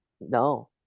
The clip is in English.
No